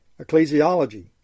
ecclesiology